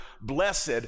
blessed